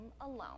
alone